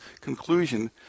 conclusion